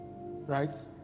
Right